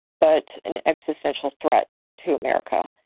but an existential threat to america.